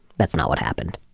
that's not what happened